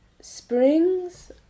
Springs